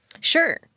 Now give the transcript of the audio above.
Sure